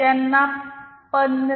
त्यांना१५